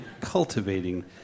cultivating